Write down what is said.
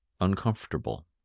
uncomfortable